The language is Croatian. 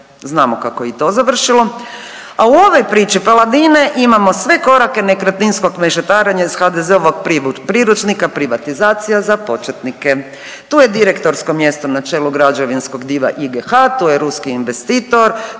Znamo kako je i to završilo.